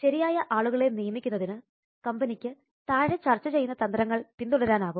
ശരിയായ ആളുകളെ നിയമിക്കുന്നതിന് കമ്പനിക്ക് താഴെ ചർച്ച ചെയ്യുന്ന തന്ത്രങ്ങൾ പിന്തുടരാൻ ആകും